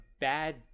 bad